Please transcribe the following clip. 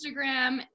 Instagram